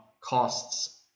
costs